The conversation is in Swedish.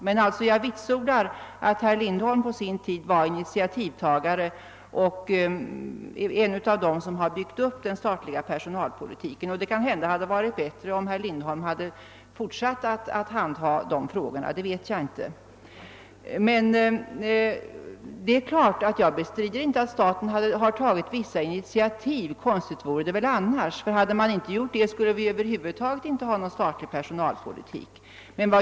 Men jag vitsordar att herr Lindholm på sin tid var initiativtagare till och en av dem som byggde upp den statliga personalpolitiken, och det hade kanhända varit bättre om herr Lindholm hade fortsatt att handha dessa frågor, men det vet jag inte. Jag bestrider inte att staten har tagit vissa initiativ, konstigt vore det väl annars. Hade den inte gjort det skulle vi över huvud taget inte ha någon statlig personalpolitik.